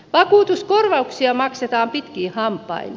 vakuutuskorvauksia maksetaan pitkin hampain